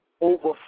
over